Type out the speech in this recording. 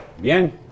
bien